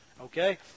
Okay